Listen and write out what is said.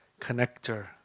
connector